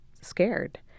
scared